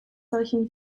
solchen